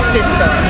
system